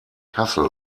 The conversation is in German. kassel